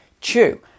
chew